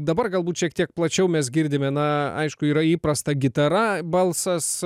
dabar galbūt šiek tiek plačiau mes girdime na aišku yra įprasta gitara balsas